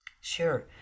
Sure